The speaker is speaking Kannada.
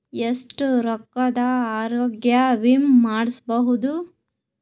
ಎಷ್ಟ ರೊಕ್ಕದ ಆರೋಗ್ಯ ವಿಮಾ ಮಾಡಬಹುದು?